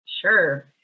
Sure